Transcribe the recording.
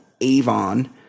Avon